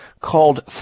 called